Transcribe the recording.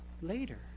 later